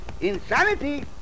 insanity